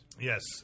Yes